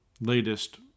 latest